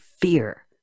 fear